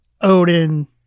Odin